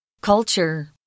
Culture